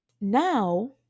Now